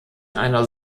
einer